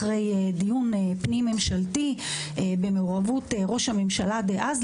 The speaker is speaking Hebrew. אחרי דיון פנים-ממשלתי במעורבות ראש הממשלה דאז,